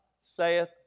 saith